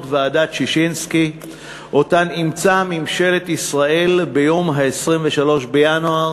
ועדת ששינסקי שאותן אימצה ממשלת ישראל ביום 23 בינואר